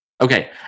Okay